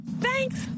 Thanks